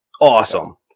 Awesome